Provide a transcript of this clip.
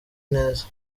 neza